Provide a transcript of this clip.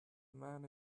man